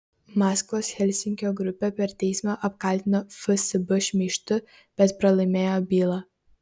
maskvos helsinkio grupė per teismą apkaltino fsb šmeižtu bet pralaimėjo bylą